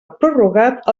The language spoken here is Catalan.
prorrogat